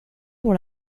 pour